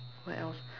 what else